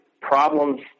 problems